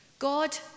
God